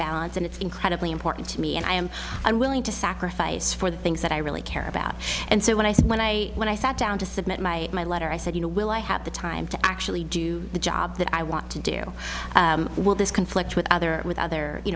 balance and it's incredibly important to me and i am i'm willing to sacrifice for things that i really care about and so when i say when i when i sat down to submit my my letter i said you know will i have the time to actually do the job that i want to do with this conflict with other with other you